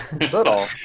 Little